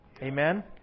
Amen